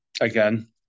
again